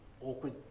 awkward